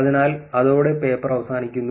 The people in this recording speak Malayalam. അതിനാൽ അതോടെ പേപ്പർ അവസാനിപ്പിക്കുന്നു